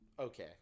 okay